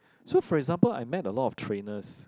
so for example I met a lot of trainers